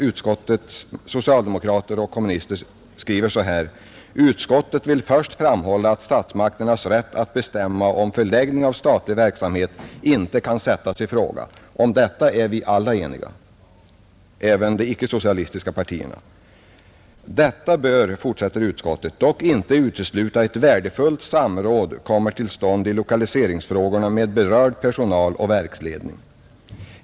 Utskottets socialdemokrater och kommunister skriver så här: ”Utskottet vill först framhålla att statsmakternas rätt att bestämma om förläggningen av statlig verksamhet inte kan sättas i fråga.” Om detta är vi alla ense, även de icke socialistiska partierna. ”Detta bör”, fortsätter utskottet, ”dock inte utesluta att ett värdefullt samråd kommer till stånd i lokaliseringsfrågorna med berörd personal och verksledning.